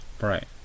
right